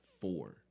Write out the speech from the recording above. four